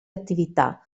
attività